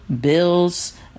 bills